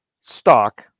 stock